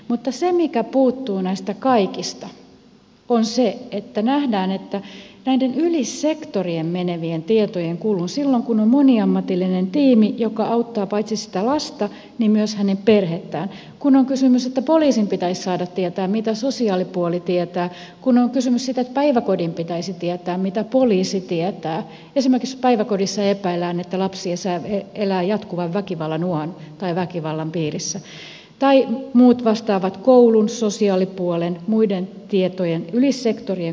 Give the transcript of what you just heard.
mutta se mikä puuttuu näistä kaikista on se että nähtäisiin näiden yli sektorien menevien tietojen kulun tärkeys silloin kun on moniammatillinen tiimi joka auttaa paitsi sitä lasta myös hänen perhettään kun on kysymys siitä että poliisin pitäisi saada tietää mitä sosiaalipuoli tietää kun on kysymys siitä että päiväkodin pitäisi tietää mitä poliisi tietää esimerkiksi jos päiväkodissa epäillään että lapsi elää jatkuvan väkivallan uhan tai väkivallan piirissä tai muusta vastaavasta koulun sosiaalipuolen muusta yli sektorien kulkevasta tiedosta